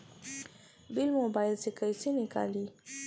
Bill mobile से कईसे निकाली?